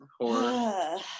Horror